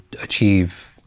achieve